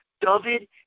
David